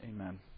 amen